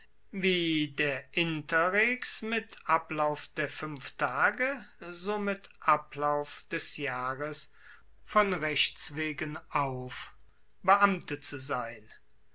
wie der interrex mit ablauf der fuenf tage so mit ablauf des jahres vor rechts wegen auf beamte zu sein